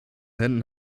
händen